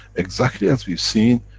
exactly as we've seen,